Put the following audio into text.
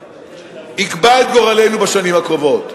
שיקבע את גורלנו בשנים הקרובות.